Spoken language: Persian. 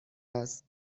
است